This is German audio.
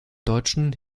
deutschen